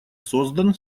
создан